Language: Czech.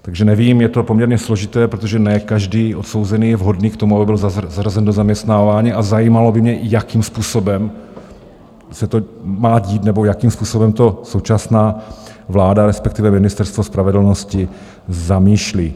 Takže nevím, je to poměrně složité, protože ne každý odsouzený je vhodný k tomu, aby byl zařazen do zaměstnávání, a zajímalo by mě, jakým způsobem se to má dít, jakým způsobem to současná vláda, respektive Ministerstvo spravedlnosti, zamýšlí.